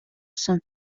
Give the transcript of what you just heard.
some